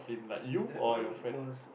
that one was